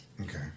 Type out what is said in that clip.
okay